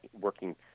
working